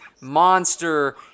monster